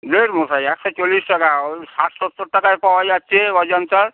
ধুর মশাই একশো চল্লিশ টাকা ও ষাট সত্তর টাকায় পাওয়া যাচ্ছে অজন্তার